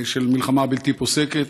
של מלחמה בלתי פוסקת.